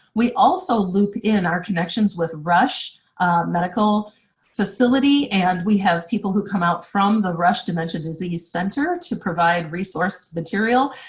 we also loop in our connections with rush medical facility and we have people who come out from the rush dementia disease center to provide resource material.